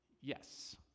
Yes